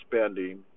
spending